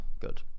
Good